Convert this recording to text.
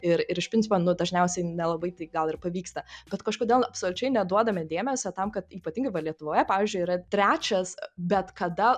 ir ir iš principo nu dažniausiai nelabai tai gal ir pavyksta bet kažkodėl absoliučiai neduodame dėmesio tam kad ypatingai va lietuvoje pavyzdžiui yra trečias bet kada